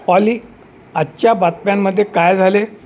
ऑली आजच्या बातम्यांमध्ये काय झाले